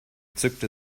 zückte